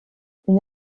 une